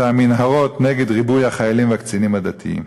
המנהרות נגד ריבוי החיילים והקצינים הדתיים.